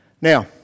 Now